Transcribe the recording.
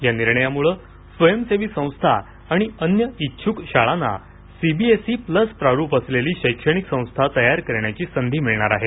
या निर्णयामुळे स्वयंसेवी संस्था आणि अन्य इच्छूक शाळांना सीबीएसई प्लस प्रारूप असलेली शैक्षणिक संस्था तयार करण्याची संधी मिळणार आहे